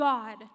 God